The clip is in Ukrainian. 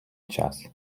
час